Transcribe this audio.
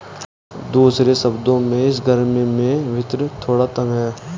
दूसरे शब्दों में, इस गर्मी में वित्त थोड़ा तंग है